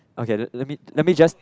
okay le~ let me let me just